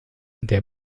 der